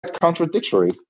contradictory